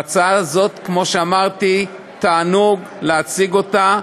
ההצעה הזאת, כמו שאמרתי, תענוג להציג אותה.